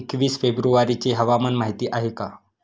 एकवीस फेब्रुवारीची हवामान माहिती आहे का?